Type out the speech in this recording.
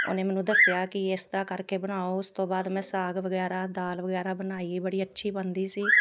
ਉਹਨੇ ਮੈਨੂੰ ਦੱਸਿਆ ਕਿ ਇਸ ਤਰ੍ਹਾਂ ਕਰਕੇ ਬਣਾਓ ਉਸ ਤੋਂ ਬਾਅਦ ਮੈਂ ਸਾਗ ਵਗੈਰਾ ਦਾਲ ਵਗੈਰਾ ਬਣਾਈ ਬੜੀ ਅੱਛੀ ਬਣਦੀ ਸੀ